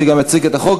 שגם יציג את החוק.